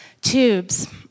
tubes